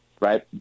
right